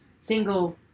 single